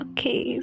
Okay